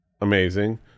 amazing